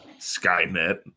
Skynet